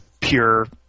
pure